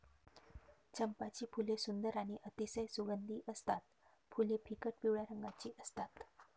चंपाची फुले सुंदर आणि अतिशय सुगंधी असतात फुले फिकट पिवळ्या रंगाची असतात